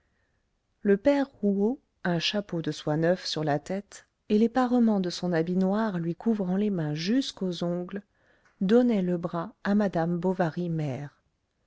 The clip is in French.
le père rouault un chapeau de soie neuf sur la tête et les parements de son habit noir lui couvrant les mains jusqu'aux ongles donnait le bras à madame bovary mère